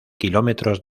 kilómetros